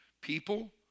people